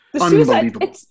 unbelievable